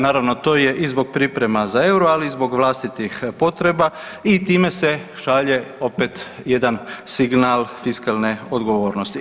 Naravno to je i zbog priprema za euro, ali i zbog vlastitih potreba i time se šalje opet jedan signal fiskalne odgovornosti.